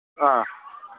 ꯑꯥ